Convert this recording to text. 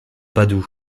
padoue